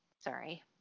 Sorry